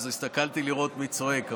אז הסתכלתי לראות מי צועק,